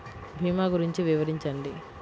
భీమా గురించి వివరించండి?